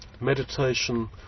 meditation